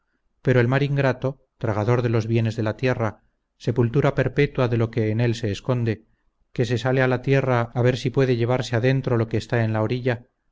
pero el mar ingrato tragador de los bienes de la tierra sepultura perpetua de lo que en él se esconde que se sale a la tierra a ver si puede llevarse adentro lo que está en la orilla